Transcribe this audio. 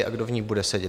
A kdo v ní bude sedět?